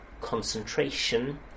concentration